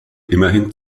immerhin